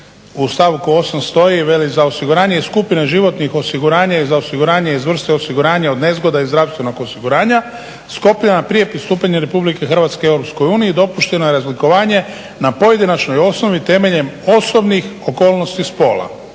u stavku 8. stoji: "Za osiguranje iz skupina životnih osiguranja i za osiguranje iz vrste osiguranja od nezgoda i zdravstvenog osiguranja sklopljena prije pristupanja RH EU dopušteno je razlikovanje na pojedinačnoj osnovi temeljem osobnih okolnosti spola."